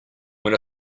when